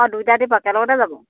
অঁ দুইটা টিপ একেলগতে যাব